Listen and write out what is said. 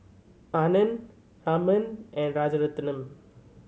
Anand Raman and Rajaratnam